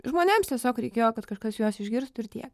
žmonėms tiesiog reikėjo kad kažkas juos išgirstų ir tiek